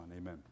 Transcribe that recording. amen